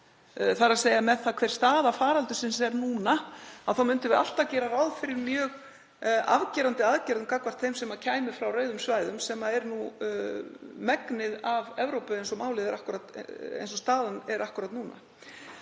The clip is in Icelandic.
daginn í dag. Miðað við hver staða faraldursins er núna þá myndum við alltaf gera ráð fyrir mjög afgerandi aðgerðum gagnvart þeim sem kæmu frá rauðum svæðum, sem er nú megnið af Evrópu eins og staðan er akkúrat núna.